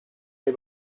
les